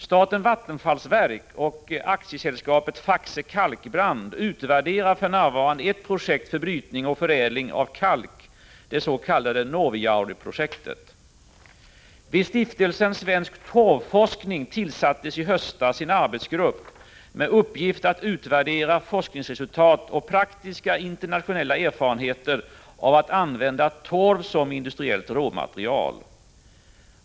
Statens vattenfallsverk och Faxe Aktieselskab utvärderar för närvarande ett projekt för brytning och förädling av kalk, det s.k. Norvijaureprojektet. Vid Stiftelsen svensk torvforskning tillsattes i höstas en arbetsgrupp med uppgift att utvärdera forskningsresultat och internationella praktiska erfarenheter av att använda torv som industriellt råmaterial.